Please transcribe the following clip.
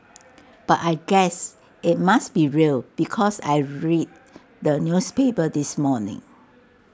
but I guess IT must be real because I read the newspapers this morning